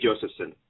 Josephson